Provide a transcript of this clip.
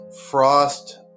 Frost